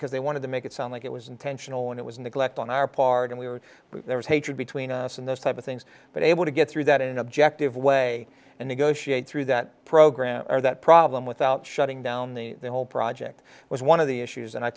because they wanted to make it sound like it was intentional and it was neglect on our part and we were there was hatred between us and those type of things but able to get through that in an objective way and negotiate through that program or that problem without shutting down the whole project was one of the issues and i